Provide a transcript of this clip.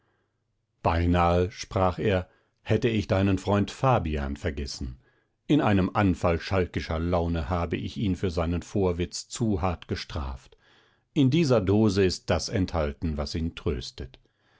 beinahe sprach er hätte ich deinen freund fabian vergessen in einem anfall schalkischer laune habe ich ihn für seinen vorwitz zu hart gestraft in dieser dose ist das enthalten was ihn tröstet